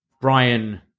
brian